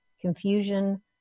confusion